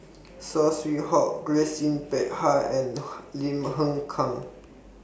Saw Swee Hock Grace Yin Peck Ha and Lim Hng Kang